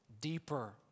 Deeper